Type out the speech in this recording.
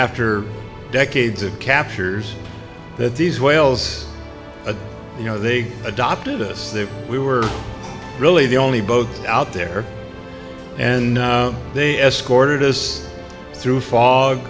after decades of captures that these whales you know they adopted us that we were really the only boat out there and they escorted us through fog